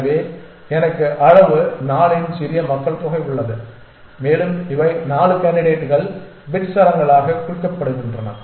எனவே எனக்கு அளவு 4 இன் சிறிய மக்கள் தொகை உள்ளது மேலும் இவை 4 கேண்டிடேட்டுகள் பிட் சரங்களாக குறிப்பிடப்படுகின்றன